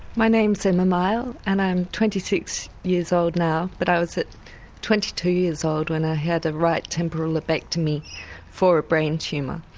my name is emma miall and i'm twenty six years old now but i was twenty two years old when i had a right temporal lobectomy for a brain tumour,